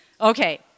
Okay